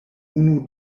unu